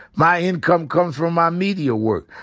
my income comes from my media work.